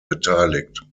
beteiligt